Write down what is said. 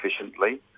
efficiently